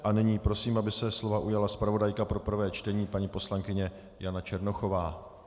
A nyní prosím, aby se slova ujala zpravodajka pro prvé čtení paní poslankyně Jana Černochová.